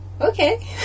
okay